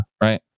right